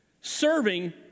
Serving